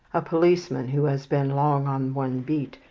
a policeman who has been long on one beat,